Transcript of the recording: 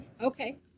Okay